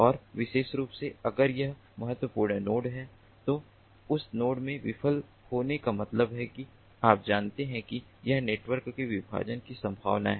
और विशेष रूप से अगर यह एक महत्वपूर्ण नोड है तो उस नोड में विफल होने का मतलब है कि आप जानते हैं कि यह नेटवर्क के विभाजन की संभावना है